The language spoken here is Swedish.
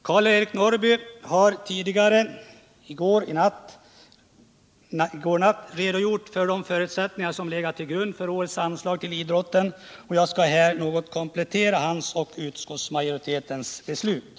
Karl-Erik Norrby har i går natt redogjort för de förutsättningar som legat till grund för årets anslag till idrotten. Jag skall här något komplettera hans och utskottsmajoritetens beslut.